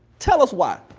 tell us why?